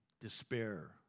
despair